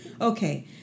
okay